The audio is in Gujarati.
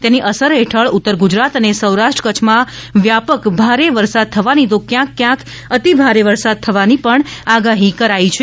તેની અસર હેઠળ ઉત્તર ગુજરાત અને સૌરાષ્ટ્ર કચ્છમાં વ્યાપક ભારે વરસાદ થવાની તો ક્યાંક ક્યાંક અતિભારે વરસાદ થવાની પણ આગાહી કરાઈ છે